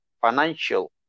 financial